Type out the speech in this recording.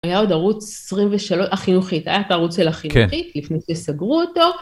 היה עוד ערוץ 23, החינוכית, היה פה ערוץ של החינוכית, לפני שסגרו אותו.